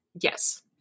Yes